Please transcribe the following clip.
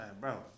bro